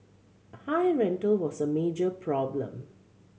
high rental was a major problem